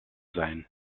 sein